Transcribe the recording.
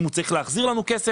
אם הוא צריך להחזיר לנו כסף,